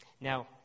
Now